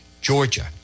Georgia